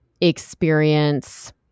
experience